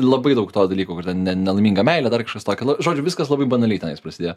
labai daug to dalykų kur ten ne nelaiminga meilė dar kažkas tokio nu žodžiu viskas labai banaliai tenais prasidėjo